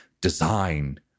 design